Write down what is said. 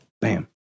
Bam